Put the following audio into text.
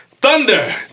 Thunder